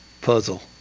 puzzle